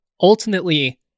Ultimately